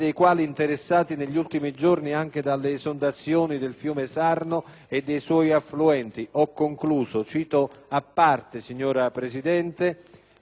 a parte, signora Presidente, il Comune di Sarno, che rappresenta un caso a se stante. La tragica alluvione del 1998 produsse morti e distruzioni: